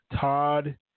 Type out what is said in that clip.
Todd